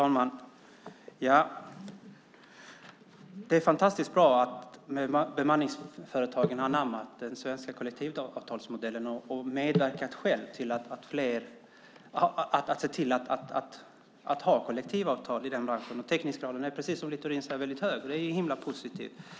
Herr talman! Det är fantastiskt bra att bemanningsföretagen har anammat den svenska kollektivavtalsmodellen och själva medverkat till att ha kollektivavtal i sin bransch. Teckningsgraden är, precis som Littorin säger, hög, och det är positivt.